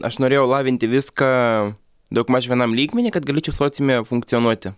aš norėjau lavinti viską daugmaž vienam lygmeny kad galėčiau sociume funkcionuoti